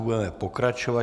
Budeme pokračovat.